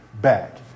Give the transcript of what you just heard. back